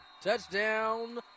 Touchdown